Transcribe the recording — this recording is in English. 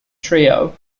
trio